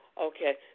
Okay